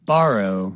Borrow